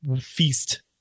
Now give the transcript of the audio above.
feast